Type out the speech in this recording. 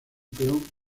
peón